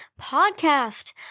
podcast